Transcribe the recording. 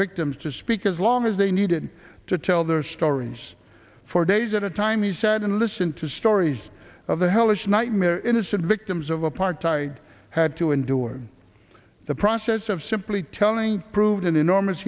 victims to speak as long as they needed to tell their stories for days at a time he said and listen to stories of the hellish nightmare innocent victims of apartheid had to endure the process of simply telling proved an enormous